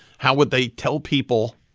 how would they tell people